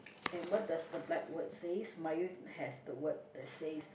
and what does the black word says mine you has the word that says